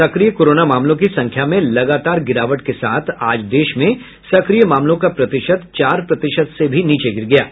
सक्रिय कोरोना मामलों की संख्या में लगातार गिरावट के साथ आज देश में सक्रिय मामलों का प्रतिशत चार से भी नीचे गिर गया है